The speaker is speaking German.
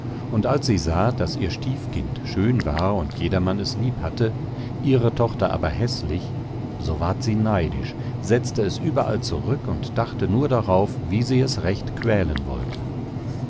und als sie sah daß ihr stiefkind schön war und jedermann es lieb hatte ihre tochter aber häßlich so ward sie neidisch setzte es überall zurück und dachte nur darauf wie sie es recht quälen wollte